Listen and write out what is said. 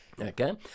Okay